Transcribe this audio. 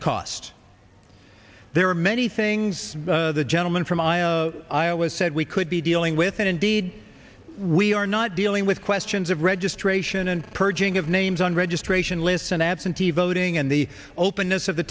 just there are many things the gentleman from iowa iowa said we could be dealing with and indeed we are not dealing with questions of registration and purging of names on registration lists and absentee voting and the openness of the